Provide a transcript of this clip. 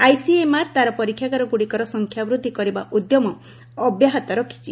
ICMR ତା'ର ପରୀକ୍ଷାଗାରଗ୍ରଡ଼ିକର ସଂଖ୍ୟାବୃଦ୍ଧି କରିବା ଉଦ୍ୟମ ଅବ୍ୟାହତ ରଖିଛି